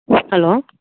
hello